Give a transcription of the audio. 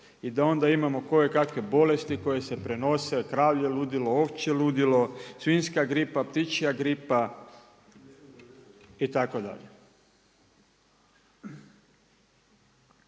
i da onda imamo koje kakve bolesti koje se prenose kravlje ludilo, ovčje ludilo, svinjska gripa, ptičja gripa itd..